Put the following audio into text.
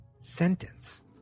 sentence